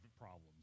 problems